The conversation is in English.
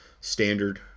standard